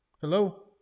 Hello